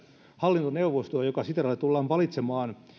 hallintoneuvostoa joka sitralle tullaan valitsemaan